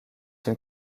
une